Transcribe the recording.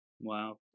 Wow